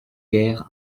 guerre